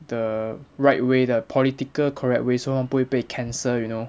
the right way the political correct way so 他们不会被 cancel you know